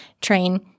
train